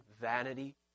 vanity